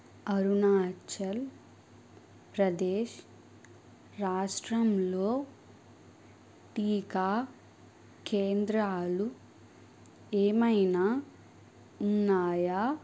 అరుణాచల్ ప్రదేశ్ రాష్ట్రంలో టీకా కేంద్రాలు ఏమైనా ఉన్నాయా